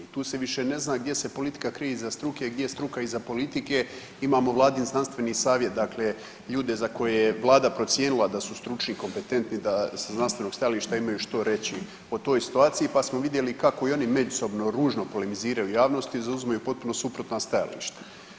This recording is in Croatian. Tu se više ne zna gdje se politika krije iza struke, gdje struka iza politike, imamo vladin znanstveni savjet dakle ljude za koje je Vlada procijenila da su stručni, kompetentni da sa znanstvenog stajališta imaju što reći o toj situaciji pa smo vidjeli kao i oni međusobno ružno polemiziraju u javnosti, zauzimaju potpuno suprotna stajališta.